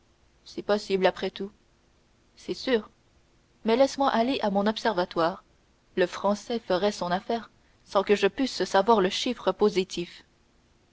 c'est possible après tout c'est sûr mais laisse-moi aller à mon observatoire le français ferait son affaire sans que je pusse savoir le chiffre positif